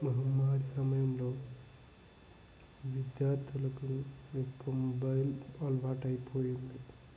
మహమ్మారి సమయంలో విద్యార్థులకు ఎక్కువ మొబైల్ అలవాటైపోయింది